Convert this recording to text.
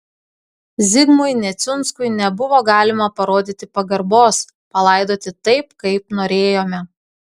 zigmui neciunskui nebuvo galima parodyti pagarbos palaidoti taip kaip norėjome